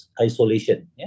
isolation